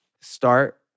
Start